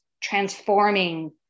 transforming